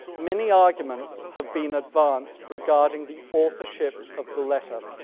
many arguments have been advanced regarding the authorship of the letter.